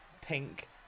pink